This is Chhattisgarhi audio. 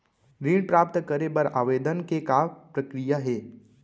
ऋण प्राप्त करे बर आवेदन के का प्रक्रिया हे?